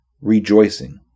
rejoicing